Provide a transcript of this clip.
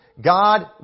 god